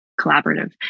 collaborative